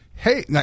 Hey